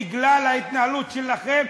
בגלל ההתנהלות שלכם.